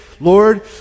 Lord